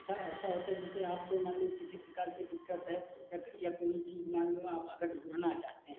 अच्छा ऐसा होता जैसे आपको मान लो किसी प्रकार की दिक्कत है या या कोई चीज़ मान लो आप अगर ढूँढ़ना चाहते हैं